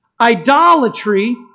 idolatry